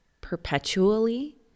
perpetually